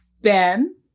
Ben